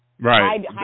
right